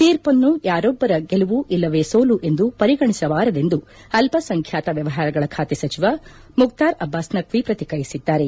ತೀರ್ಪನ್ನು ಯಾರೋಬ್ದರ ಗೆಲುವು ಇಲ್ಲವೇ ಸೋಲು ಎಂದು ಪರಿಗಣಿಸಬಾರದೆಂದು ಅಲ್ಲಸಂಖ್ಣಾತ ವ್ಯವಹಾರಗಳ ಖಾತೆ ಸಚಿವ ಮುಕ್ತಾರ್ ಅಬ್ಬಾಸ್ ನಕ್ಷಿ ಪ್ರತಿಕ್ರಿಯಿಸಿದ್ದಾರೆ